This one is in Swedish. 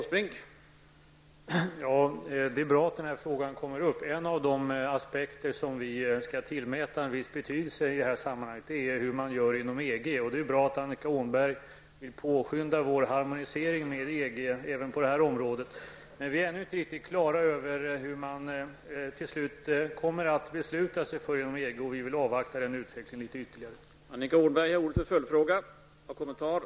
Herr talman! Det är bra att den här frågan kommer upp. En av de aspekter som vi skall tillmäta en viss betydelse i det här sammanhanget är den som gäller hur man gör inom EG. Det är bra att Annika Åhnberg vill påskynda vår harmonisering med EG även på det här området. Men vi är ännu inte riktigt klara över hur man till slut kommer att besluta inom EG. Vi vill därför avvakta utvecklingen ytterligare en tid.